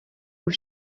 aux